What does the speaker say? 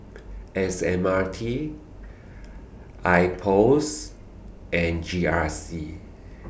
S M R T Ipos and G R C